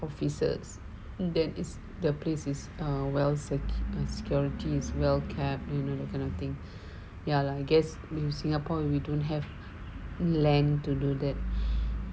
officers then is the place is a well said my securities well kept you know that kind of thing ya lah I guess in singapore and we don't have land to do that